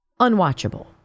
Unwatchable